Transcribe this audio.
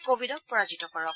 কোৱিডক পৰাজিত কৰক